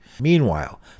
Meanwhile